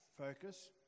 focus